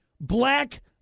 Black